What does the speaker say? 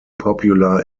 popular